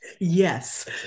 Yes